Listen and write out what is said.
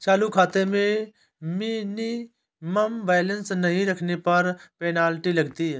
चालू खाते में मिनिमम बैलेंस नहीं रखने पर पेनल्टी लगती है